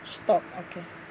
stop okay